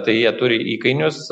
tai jie turi įkainius